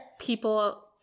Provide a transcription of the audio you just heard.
people